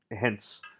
hence